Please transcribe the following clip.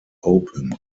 open